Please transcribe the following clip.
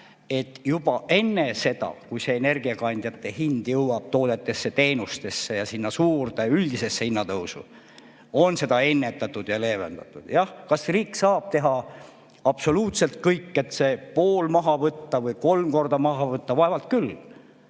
et juba enne seda, kui energiakandjate hind jõuab toodetesse, teenustesse ja suurde üldisesse hinnatõusu, seda ennetada ja leevendada. Jah, kas riik saab teha absoluutselt kõik, et pool maha võtta või kolm korda maha võtta? Vaevalt küll.